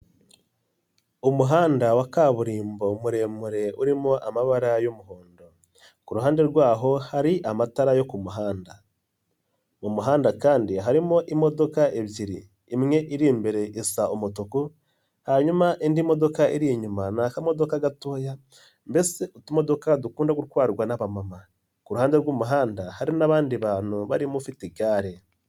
Umuhanda wa kaburimbo muremure urimo amabara y'umuhondo, kuruhande rwaho hari amatara yo kumuhanda, mu muhanda kandi harimo imodoka ebyiri imwe iri imbere isa umutuku hanyuma indi modoka iri inyuma ni akamodoka gatoya mbese utumodoka dukunda gutwarwa n'aba mama kuruhande rw'umuhanda hari n'abandi bantu barimo ufite igare.